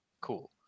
Cool